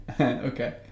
Okay